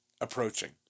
approaching